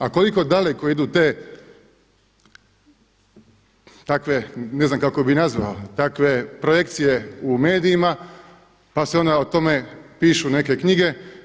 A koliko dalek idu te takve ne znam kako bih ih nazvao takve projekcije u medijima pa se onda o tome pišu neke knjige.